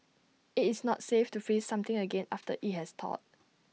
IT is not safe to freeze something again after IT has thawed